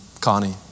Connie